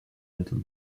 little